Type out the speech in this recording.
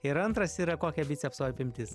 ir antras yra kokia bicepso apimtis